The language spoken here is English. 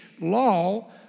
law